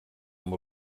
amb